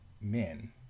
men